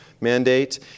mandate